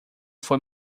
foi